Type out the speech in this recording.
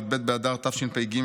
י"ב באדר תשפ"ג,